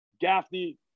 Gaffney